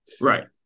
Right